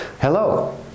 Hello